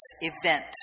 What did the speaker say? event